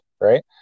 right